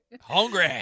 Hungry